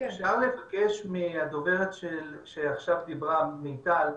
--- אפשר לבקש מהדוברת שעכשיו דיברה, מיטל,